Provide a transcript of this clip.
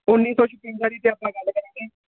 ਉੱਨੀ ਸੌ ਛਪੰਜਾ ਦੀ ਤਾਂ ਆਪਾਂ ਗੱਲ ਕਰਣਡੇ